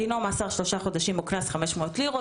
דינו מאסר שלושה חודשים או קנס 500 לירות"